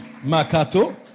Makato